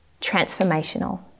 transformational